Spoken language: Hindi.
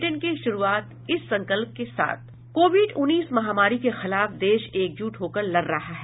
बुलेटिन की शुरूआत इस संकल्प के साथ कोविड उन्नीस महामारी के खिलाफ देश एकजूट होकर लड़ रहा है